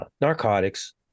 narcotics